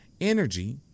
energy